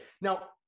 now